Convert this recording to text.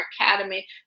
academy